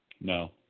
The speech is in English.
No